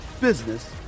business